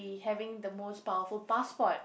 in having the most powerful passport